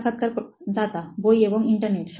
সাক্ষাৎকারদাতা বই এবং ইন্টারনেট